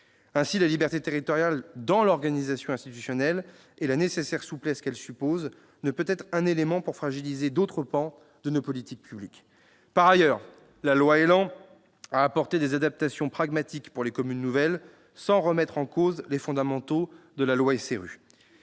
Ainsi, la liberté territoriale dans l'organisation institutionnelle et la nécessaire souplesse qu'elle suppose ne peuvent pas constituer un élément de fragilisation d'autres pans de nos politiques publiques. Par ailleurs, la loi ÉLAN a apporté des adaptations pragmatiques pour les communes nouvelles, sans remettre en cause les fondamentaux de la loi SRU.